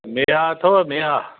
मेहा अथव मेहा